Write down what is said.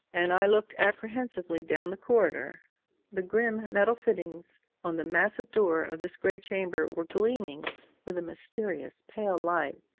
and i looked apprehensively down the corridor the grim metal fittings on the massive door of the grey chamber were gleaming with a mysterious pale light,